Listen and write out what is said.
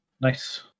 nice